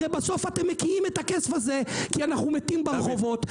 הרי בסוף אתם מקיאים את הכסף הזה כי אנחנו מתים ברחובות.